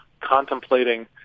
contemplating